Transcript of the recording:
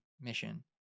mission